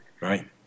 Right